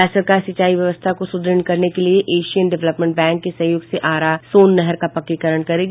राज्य सरकार सिंचाई व्यवस्था को सुदृढ़ी करने के लिए एशियन डेवलपमेंट बैंक के सहयोग से आरा सोन नहर का पक्कीकरण करेगी